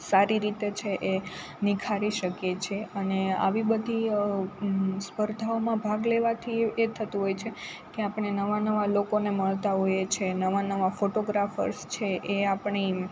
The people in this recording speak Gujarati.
સારી રીતે છે એ નિખારી શકીએ છે અને આવી બધી સ્પર્ધાઓમાં ભાગ લેવાથી એ થતું હોય છે કે આપણે નવા નવા લોકોને મળતાં હોઈએ છીએ નવા નવા ફોટોગ્રાફર્સ છે એ આપણા